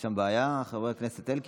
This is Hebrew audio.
יש שם בעיה, חבר הכנסת אלקין?